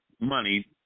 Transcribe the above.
money